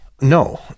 No